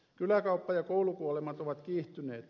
kyläkauppa ja koulukuolemat ovat kiihtyneet